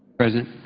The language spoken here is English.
president?